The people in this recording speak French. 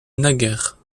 naguère